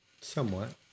Somewhat